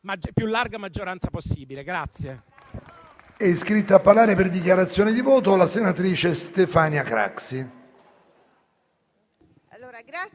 più larga maggioranza possibile.